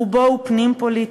רובו הוא פנים-פוליטי,